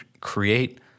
Create